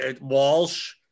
Walsh